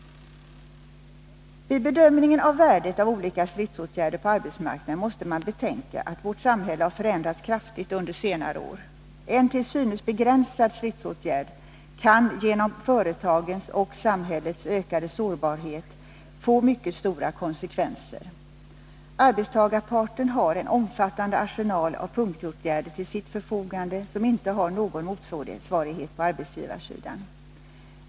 Vid bedömningen av värdet av olika stridsåtgärder på arbetsmarknaden måste man betänka att vårt samhälle har förändrats kraftigt under senare år. En till synes begränsad stridsåtgärd kan genom företagens och samhällets ökade sårbarhet få mycket stora konsekvenser. Arbetstagarparten har en omfattande arsenal av punktåtgärder till sitt förfogande som inte har någon motsvarighet på arbetsgivarsidan.